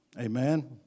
Amen